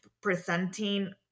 presenting